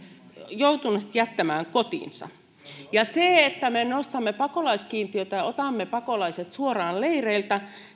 joutunut jättämään kotinsa se että me nostamme pakolaiskiintiötä ja otamme pakolaiset suoraan leireiltä